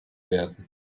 werden